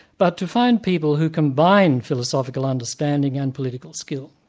but to find people who combine philosophical understanding and political skill.